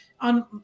on